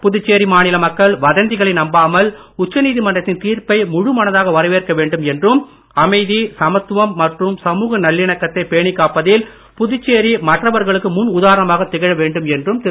புதுச்சேரி மாநில மக்கள் வதந்திகளை நம்பாமல் உச்சநீதிமன்றத்தின் தீர்ப்பை முழு மனதாக வரவேற்க வேண்டும் என்றும் அமைதி சமத்துவம் மற்றும் சமுக நல்லிணக்கத்தை பேணி காப்பதில் புதுச்சேரி மற்றவர்களக்கு முன் உதாரணமாக திகழ வேண்டும் என்றும் திரு